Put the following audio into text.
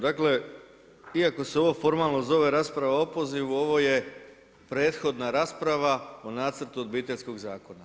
Dakle, iako se ovo formalno zove rasprava o opozivu ovo je prethodna rasprava po Nacrtu Obiteljskog zakona.